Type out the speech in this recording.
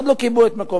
עוד לא קיבעו את מקומם.